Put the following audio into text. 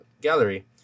gallery